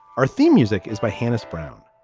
our theme music is by hannah's brown.